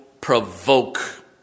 provoke